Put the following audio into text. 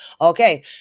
Okay